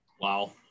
Wow